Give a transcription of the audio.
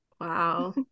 Wow